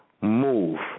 move